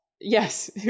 Yes